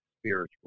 spiritual